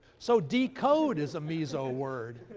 so decode is a meso-word.